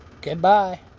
goodbye